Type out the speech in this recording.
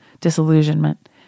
disillusionment